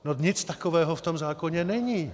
No nic takového v tom zákoně není.